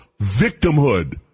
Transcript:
victimhood